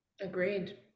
Agreed